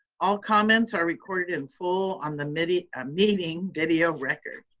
all comments are recorded in full on the meeting ah meeting video record.